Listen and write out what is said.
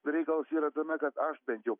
reikalas yra tame kad aš taip jau